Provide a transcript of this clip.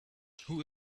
who